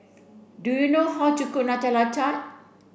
do you know how to cook Nutella Tart